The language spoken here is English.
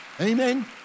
Amen